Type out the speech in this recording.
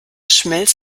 schmelz